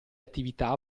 attività